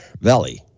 Valley